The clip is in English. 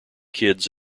kids